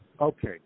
Okay